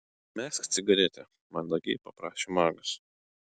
mesk cigaretę mandagiai paprašė magas